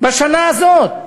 בשנה הזאת,